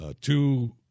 Two